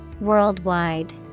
Worldwide